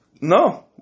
No